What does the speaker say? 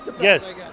Yes